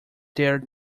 dare